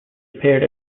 appeared